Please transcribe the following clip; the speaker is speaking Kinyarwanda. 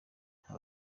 nta